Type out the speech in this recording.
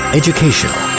educational